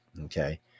Okay